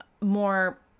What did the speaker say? more